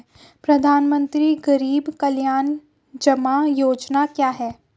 प्रधानमंत्री गरीब कल्याण जमा योजना क्या है?